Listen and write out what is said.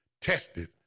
tested